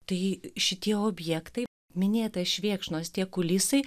tai šitie objektai minėtą švėkšnos tie kulisai